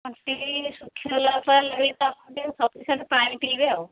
ତଣ୍ଟି ଶୁଖିଗଲା ପରେ ସଫିସେଣ୍ଟ ପାଣି ପିବେ ଆଉ